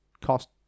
cost